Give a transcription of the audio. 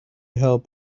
help